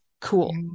cool